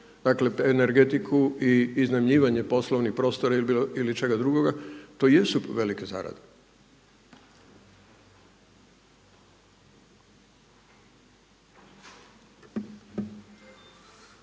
dakle energetiku i iznajmljivanje poslovnih prostora ili čega drugoga, to jesu velike zarade.